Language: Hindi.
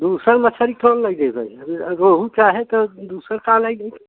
दूसर मछरी कौन लइ लेबे रोहू चाहे तो दूसर का लइ लेई